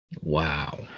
Wow